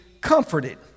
comforted